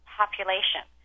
population